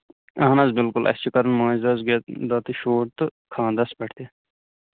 اَہن حظ بِلکُل اَسہِ چھُ کَرُن مٲنزرٲژ دۄہ تہِ شوٗر تہٕ خٲندرَس پٮ۪ٹھ تہٕ